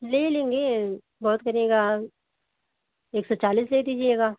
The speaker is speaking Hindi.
ले लेंगे बहुत करिएगा एक सौ चालीस दे दीजिएगा